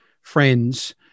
friends